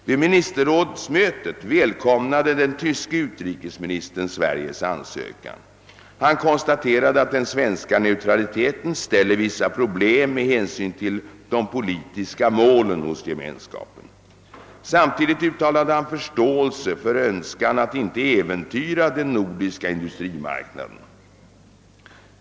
Vid ministerrådsmötet välkomnade den tyske utrikesministern Sveriges ansökan. Han konstaterade att den svenska neutraliteten ställer vissa problem med hänsyn till de politiska målen hos Ge menskapen. Samtidigt uttalade han förståelse för önskan att inte äventyra den nordiska industrimarknaden.